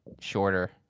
shorter